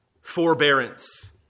Forbearance